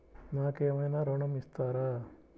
నాకు ఏమైనా ఋణం ఇస్తారా?